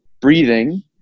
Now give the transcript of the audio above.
breathing